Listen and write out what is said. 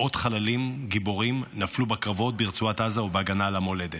מאות חללים גיבורים נפלו בקרבות ברצועת עזה ובהגנה על המולדת.